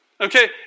okay